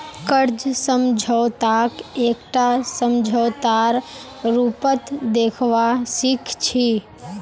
कर्ज समझौताक एकटा समझौतार रूपत देखवा सिख छी